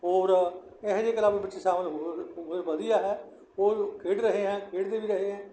ਹੋਰ ਇਹੋ ਜਿਹੇ ਕਲੱਬ ਵਿੱਚ ਸ਼ਾਮਲ ਵਧੀਆ ਹੈ ਉਹ ਖੇਡ ਰਹੇ ਹੈ ਖੇਡਦੇ ਵੀ ਰਹੇ